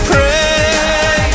Pray